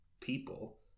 people